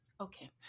okay